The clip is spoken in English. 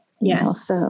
Yes